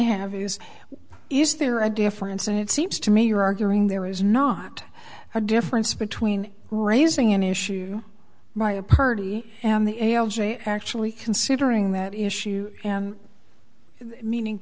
have is is there a difference and it seems to me you're arguing there was not a difference between raising an issue right a party and the a l j actually considering that issue and meaning